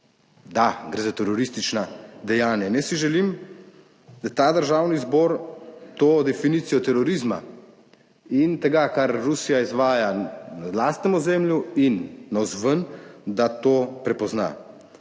Da, gre za teroristična dejanja in jaz si želim, da ta Državni zbor to definicijo terorizma in tega, kar Rusija izvaja na lastnem ozemlju in navzven, da to prepozna.